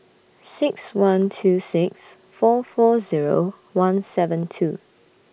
six one two six four four Zero one seven two